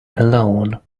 alone